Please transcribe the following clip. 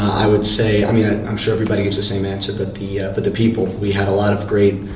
i would say, i mean i'm sure everybody gives the same answer, but the but the people. we had a lot of great,